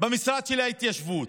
במשרד ההתיישבות.